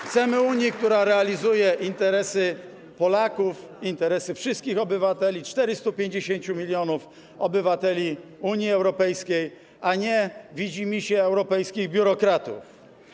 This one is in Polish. Chcemy Unii, która realizuje interesy Polaków, interesy wszystkich obywateli - 450 mln obywateli Unii Europejskiej, a nie widzimisię europejskich biurokratów.